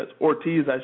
Ortiz